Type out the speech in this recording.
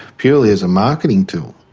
purely as a marketing tool.